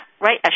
right